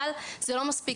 אבל זה לא מספיק.